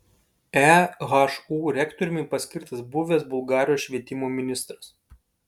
ehu rektoriumi paskirtas buvęs bulgarijos švietimo ministras